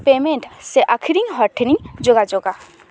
payment ᱥᱮ ᱟᱹᱠᱷᱨᱤᱧ ᱦᱚᱲ ᱴᱷᱮᱱᱤᱧ ᱡᱳᱜᱟᱡᱳᱜᱟ